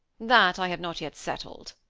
that i have not yet settled,